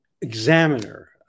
examiner